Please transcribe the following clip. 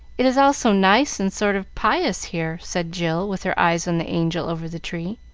it is all so nice and sort of pious here, said jill, with her eyes on the angel over the tree.